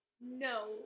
no